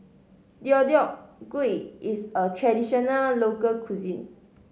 Deodeok Gui is a traditional local cuisine